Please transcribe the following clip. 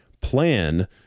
plan